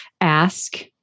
ask